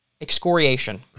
excoriation